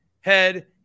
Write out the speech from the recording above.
head